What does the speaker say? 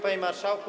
Panie Marszałku!